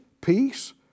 peace